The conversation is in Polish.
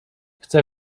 chcę